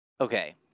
Okay